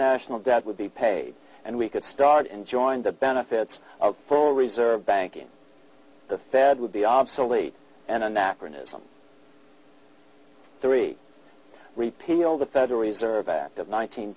national debt would be paid and we could start enjoying the benefits of full reserve banking the fed would be obsolete an anachronism three repeal the federal reserve act